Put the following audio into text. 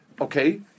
okay